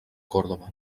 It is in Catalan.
córdoba